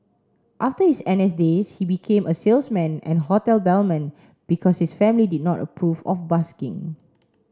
after his N S days he became a salesman and hotel bellman because his family did not approve of busking